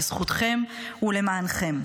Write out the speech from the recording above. בזכותכם ולמענכם.